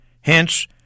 Hence